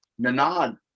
Nanad